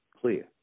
clear